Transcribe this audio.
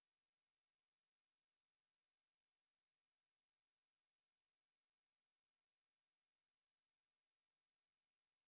yes in the Adam-West Batman the Joker is just preoccupied with stealing money at least